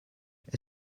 est